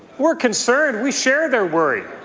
we're concerned. we share their worry.